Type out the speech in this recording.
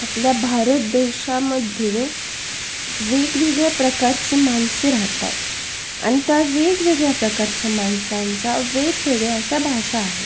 आपल्या भारत देशामध्ये वेगवेगळ्या प्रकारची माणसे राहतात आणि त्या वेगवेगळ्या प्रकारच्या माणसांच्या वेगवेगळ्या अशा भाषा आहेत